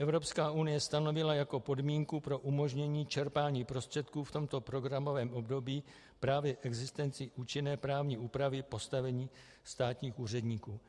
Evropská unie stanovila jako podmínku pro umožnění čerpání prostředků v tomto programovém období právě existenci účinné právní úpravy postavení státních úředníků.